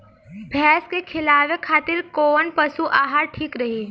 भैंस के खिलावे खातिर कोवन पशु आहार ठीक रही?